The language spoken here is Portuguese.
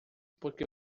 porque